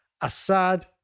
Assad